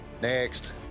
Next